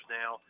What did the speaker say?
now